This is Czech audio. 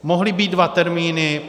Mohly být dva termíny.